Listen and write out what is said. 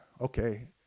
Okay